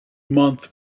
month